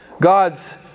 God's